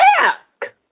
ask